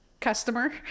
customer